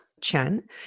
Chen